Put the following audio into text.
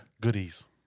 Goodies